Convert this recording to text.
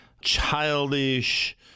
childish